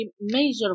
major